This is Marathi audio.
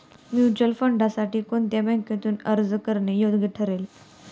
म्युच्युअल फंडांसाठी कोणत्या बँकेतून अर्ज करणे योग्य ठरेल?